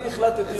אני החלטתי.